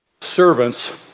Servants